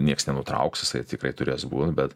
nieks nenutrauks jisai tikrai turės būt bet